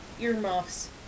earmuffs